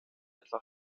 etwa